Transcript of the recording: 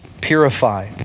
purify